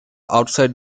outside